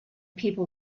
people